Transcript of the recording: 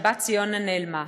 שהבת ציונה נעלמה.